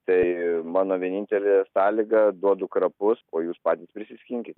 tai mano vienintelė sąlyga duodu krapus o jūs patys prisiskinkit